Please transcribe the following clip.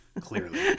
clearly